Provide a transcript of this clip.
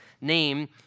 name